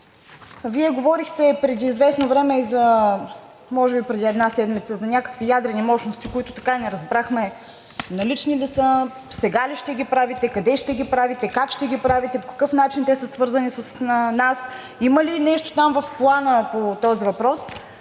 е така. Преди известно време, може би преди една седмица, Вие говорехте за някакви ядрени мощности, които така и не разбрахме налични ли са, сега ли ще ги правите, къде ще ги правите, как ще ги правите, по какъв начин те са свързани с нас, има ли нещо там в Плана по този въпрос.